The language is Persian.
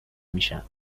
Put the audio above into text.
میشم